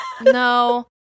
no